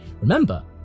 remember